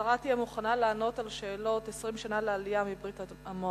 השרה תהיה מוכנה לענות לשאלות על 20 שנה לעלייה מברית-המועצות,